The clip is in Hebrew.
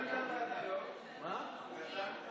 מה זה?